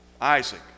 Isaac